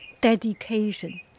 dedication